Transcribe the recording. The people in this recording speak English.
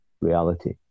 reality